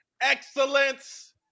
Excellence